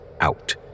out